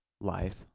life